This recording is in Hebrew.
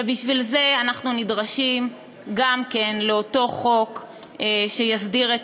ובשביל זה אנחנו נדרשים גם כן לאותו חוק שיסדיר את